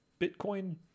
Bitcoin